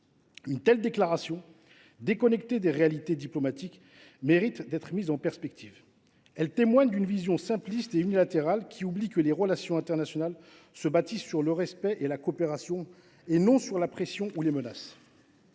Une telle déclaration, déconnectée des réalités diplomatiques, mérite d’être mise en perspective. Elle témoigne d’une vision simpliste et unilatérale, qui oublie que les relations internationales se bâtissent sur le respect et la coopération, non sur la pression ou les menaces.